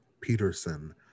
Peterson